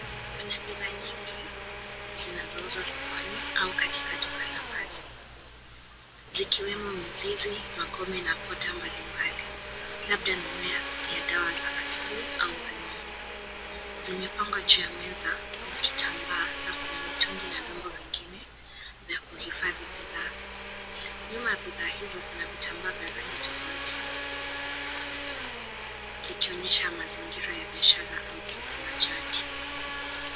Kuna bidhaa zingi zinazouzwa sokoni au katika duka la wazi zikiwemo mizizi, makome na border mbalimbali, labda mimea ya dawa za asili au viungo. Zimepangwa juu ya meza au kitambaa na kuna mitungi na vyombo vingine vya kuhifadhi bidhaa. Nyuma ya bidhaa hizo kuna vitambaa vya rangi tofauti ikionyesha mazingira ya biashara au soko la jadi.